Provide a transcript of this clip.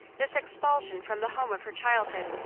this expulsion from the home of her childhood,